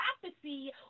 prophecy